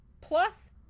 Plus